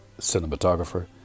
cinematographer